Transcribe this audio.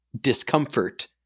discomfort